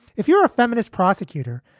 if you're a feminist prosecutor,